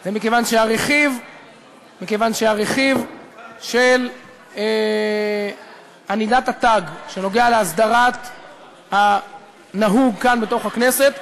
היא שהרכיב של ענידת התג שנוגע להסדרת הנהוג כאן בתוך הכנסת,